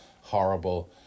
horrible